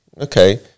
okay